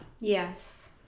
yes